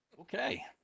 Okay